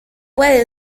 puede